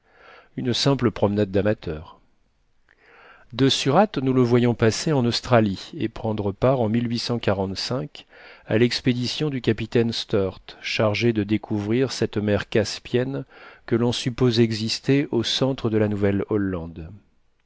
une simple promenade d'amateur de surate nous le voyons passer en australie et prendre part en à l'expédition du capitaine sturt chargé de découvrir cette mer caspienne que l'on suppose exister au centre de la